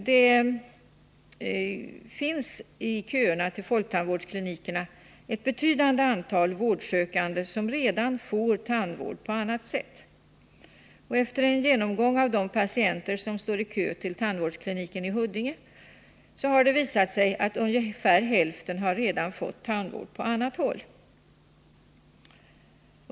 Det finns i köerna till folktandvårdsklinikerna ett betydande antal vårdsökande som redan får tandvård på annat sätt. Efter en genomgång av de patienter som står i kö till tandvårdskliniken i Huddinge har det visat sig att ungefär hälften redan har fått tandvård på annat håll.